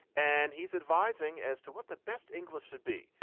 and he's advising as to what the best english should be.